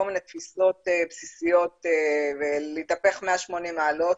מיני תפיסות בסיסיות ולהתהפך 180 מעלות